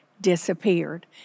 disappeared